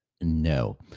No